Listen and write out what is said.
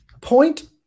point